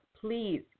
Please